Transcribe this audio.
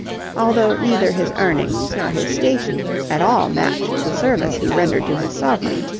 although neither his earnings nor his station at all matched the service he rendered to his sovereign.